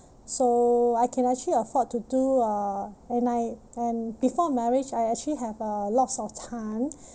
so I can actually afford to do uh and I and before marriage I actually have uh lots of time